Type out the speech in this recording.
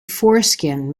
foreskin